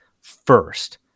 first